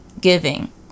giving